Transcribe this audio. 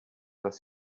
dass